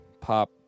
pop